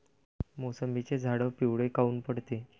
मोसंबीचे झाडं पिवळे काऊन पडते?